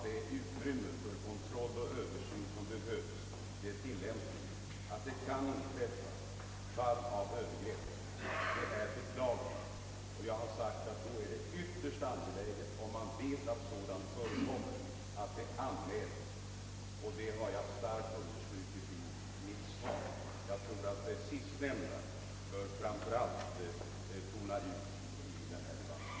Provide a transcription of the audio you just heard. Jag vill då endast fråga statsrådet om han anser att tillräckligt har gjorts för att informera den berörda personalen, och de som är verksamma inom mentalvården så att de är fullt införstådda med alla de bestämmelser som rör denna vård. Jag tror att mycket mer finns att göra på detta område.